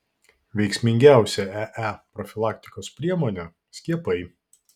veiksmingiausia ee profilaktikos priemonė skiepai